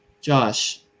Josh